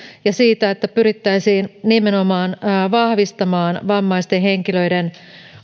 ja siitä että pyrittäisiin nimenomaan vahvistamaan vammaisten henkilöiden